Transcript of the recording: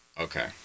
Okay